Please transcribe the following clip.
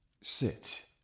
Sit